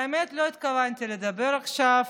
האמת, לא התכוונתי לדבר עכשיו.